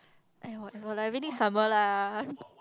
I like really summer lah